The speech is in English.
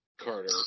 Carter